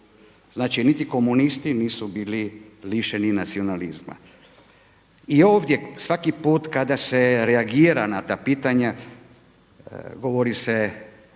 Znači niti komunisti nisu bili lišeni nacionalizma. I ovdje svaki put kada se reagira na ta pitanja govori se